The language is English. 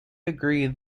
agree